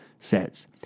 Says